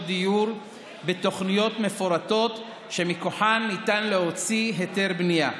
דיור בתוכניות מפורטות שמכוחן ניתן להוציא היתר בנייה.